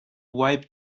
wiped